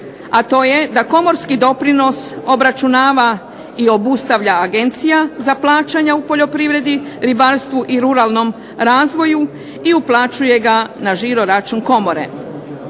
a to je da komorski doprinos obračunava i obustavlja Agencija za plaćanja u poljoprivredi, ribarstvu i ruralnom razvoju i uplaćuje ga na žiroračun komore.